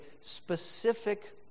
specific